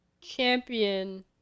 champion